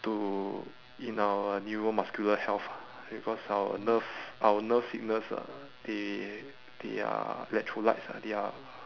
to in our neuromuscular health ah because our nerve our nerve signals are they they are electrolytes ah they are